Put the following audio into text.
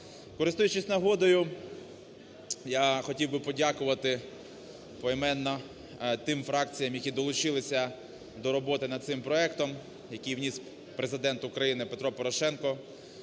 Користуючись нагодою, я хотів би подякувати поіменно тим фракціям, які долучилися до роботи над цим проектом, який вніс Президент України Петро Порошенко